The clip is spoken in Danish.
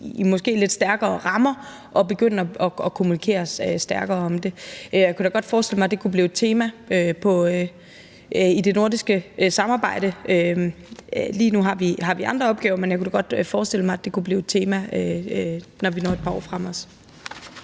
i måske lidt stærkere rammer og begynde at kommunikere stærkere om det. Jeg kunne da godt forestille mig, at det kunne blive et tema i det nordiske samarbejde. Lige nu har vi andre opgaver, men jeg kunne da godt forestille mig, at det kunne blive et tema, når vi når et par år